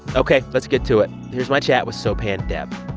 ok, let's get to it. here's my chat with sopan deb